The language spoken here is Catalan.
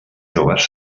joves